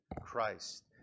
Christ